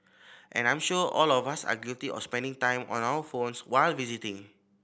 and I'm sure all of us are guilty of spending time on our phones while visiting